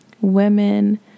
women